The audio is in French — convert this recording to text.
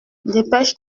dépêche